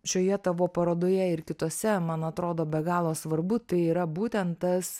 šioje tavo parodoje ir kitose man atrodo be galo svarbu tai yra būtent tas